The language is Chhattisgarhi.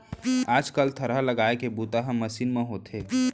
आज कल थरहा लगाए के बूता ह मसीन म होवथे